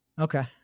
Okay